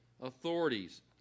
authorities